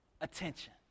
attention